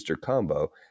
combo